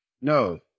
No